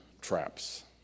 traps